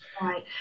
right